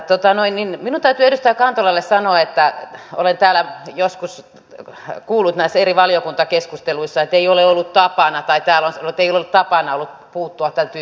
minun täytyy edustaja kantolalle sanoa että olen täällä joskus kuullut näissä eri valiokuntakeskusteluissa että ei ole ollut tapana tai täällä tilalta aina ollut puuttua tämäntyyppisiin asioihin